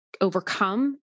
overcome